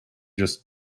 just